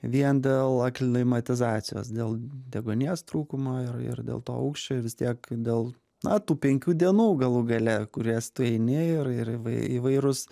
vien dėl aklimatizacijos dėl deguonies trūkumo ir ir dėl to aukščio vistiek dėl na tų penkių dienų galų gale kurias tu eini ir ir įvai įvairus